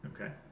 Okay